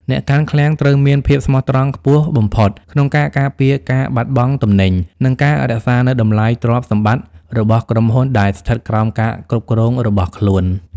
អ្នកកាន់ឃ្លាំងត្រូវមានភាពស្មោះត្រង់ខ្ពស់បំផុត ក្នុងការការពារការបាត់បង់ទំនិញ និងការរក្សានូវតម្លៃទ្រព្យសម្បត្តិរបស់ក្រុមហ៊ុនដែលស្ថិតក្រោមការគ្រប់គ្រងរបស់ខ្លួន។